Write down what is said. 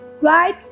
right